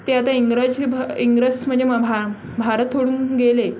ते आता इंग्रजी भ इंग्रज म्हणजे भा भारत थोडून गेले